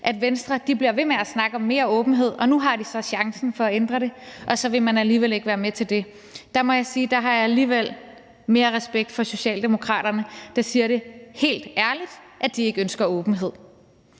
at Venstre bliver ved med at snakke om mere åbenhed, men når de så nu har chancen for at ændre det, så vil de alligevel ikke være med til det. Der må jeg sige, at jeg alligevel har mere respekt for Socialdemokraterne, der siger helt ærligt, at de ikke ønsker åbenhed.